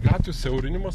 gatvių siaurinimas